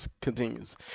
continues